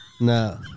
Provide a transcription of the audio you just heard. No